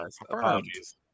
Apologies